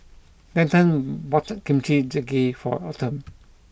Denton bought Kimchi Jjigae for Autumn